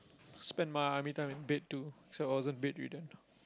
spend my army time in bed too so I wasn't bedridden